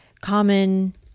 common